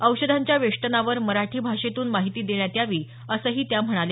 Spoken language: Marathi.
औषधांच्या वेष्टनावर मराठी भाषेतून माहिती देण्यात यावी असंही त्या म्हणाल्या